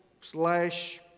slash